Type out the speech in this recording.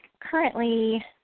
currently